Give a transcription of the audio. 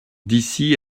d’ici